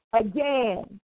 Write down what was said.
again